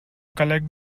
collect